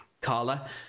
Carla